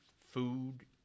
food